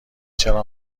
چرا